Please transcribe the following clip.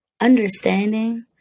understanding